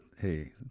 hey